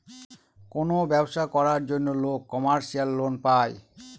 কোনো ব্যবসা করার জন্য লোক কমার্শিয়াল লোন পায়